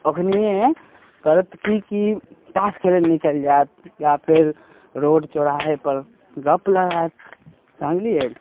ओखनिये करत की कि तास खेलै लऽ निकलि जायत या फेर रोड चौराहेपर गप लड़ाओत समझलियै